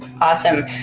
Awesome